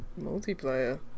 multiplayer